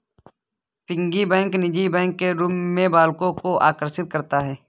piggy bank निजी bank के रूप में बालकों को आकर्षित करता है